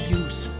use